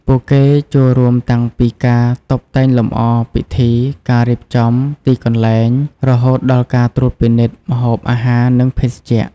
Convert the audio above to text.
ពួកគេចូលរួមតាំងពីការ តុបតែងលម្អ ពិធី ការរៀបចំ ទីកន្លែង រហូតដល់ការត្រួតពិនិត្យ ម្ហូបអាហារ និងភេសជ្ជៈ។